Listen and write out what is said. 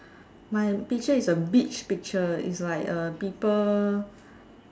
my picture is a beach picture is like a people